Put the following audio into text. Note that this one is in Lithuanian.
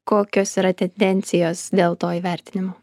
kokios yra tendencijos dėl to įvertinimo